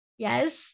Yes